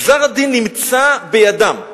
גזר-הדין נמצא בידם.